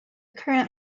current